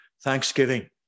thanksgiving